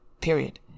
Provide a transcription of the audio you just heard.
period